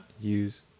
use